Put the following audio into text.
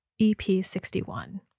EP61